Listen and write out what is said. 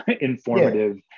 informative